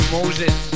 Moses